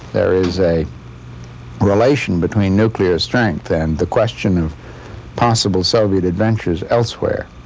there is a relation between nuclear strength and the question of possible soviet adventures elsewhere.